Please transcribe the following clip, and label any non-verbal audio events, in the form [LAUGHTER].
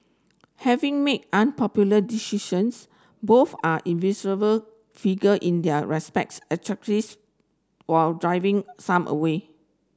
having made unpopular decisions both are [UNINTELLIGIBLE] figure in their respects [UNINTELLIGIBLE] while driving some away